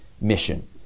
mission